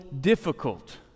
difficult